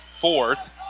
fourth